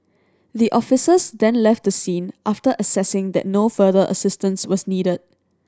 the officers then left the scene after assessing that no further assistance was needed